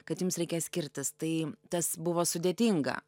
kad jums reikės skirtis tai tas buvo sudėtinga